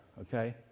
okay